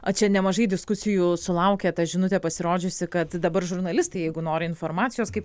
o čia nemažai diskusijų sulaukė ta žinutė pasirodžiusi kad dabar žurnalistai jeigu nori informacijos kaip